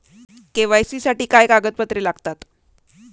KYC साठी काय कागदपत्रे लागतात?